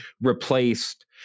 replaced